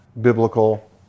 biblical